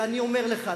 אנחנו?